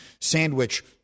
sandwich